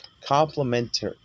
complementary